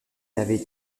n’avait